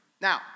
now